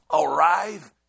arrive